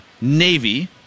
Navy